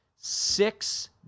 six